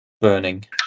burning